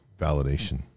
validation